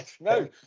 No